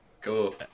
Cool